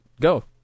go